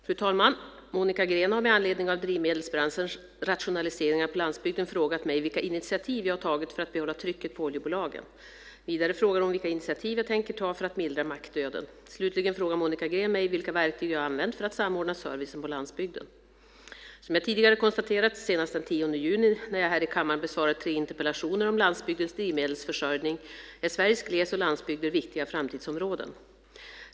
Fru talman! Monica Green har med anledning av drivmedelsbranschens rationaliseringar på landsbygden frågat mig vilka initiativ jag har tagit för att behålla trycket på oljebolagen. Vidare frågar hon vilka initiativ jag tänker ta för att mildra mackdöden. Slutligen frågar Monica Green mig vilka verktyg jag har använt för att samordna servicen på landsbygden. Som jag tidigare konstaterat, senast den 10 juni när jag här i kammaren besvarade tre interpellationer om landsbygdens drivmedelsförsörjning, är Sveriges gles och landsbygder viktiga framtidsområden.